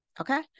okay